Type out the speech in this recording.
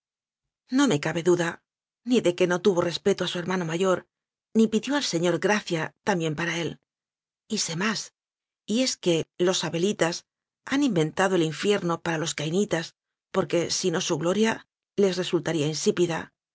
no me cabe duda ni de que no tuvo res peto a su hermano mayor ni pidió al señor gracia también para él y sé más y es que los abelitas han inventado el infierno para los cainitas porque si no su gloria les resulta ría insípida